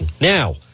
now